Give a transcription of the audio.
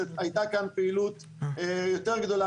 כשהייתה כאן פעילות יותר גדולה,